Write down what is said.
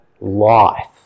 life